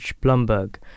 Blumberg